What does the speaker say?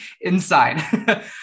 inside